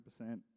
100%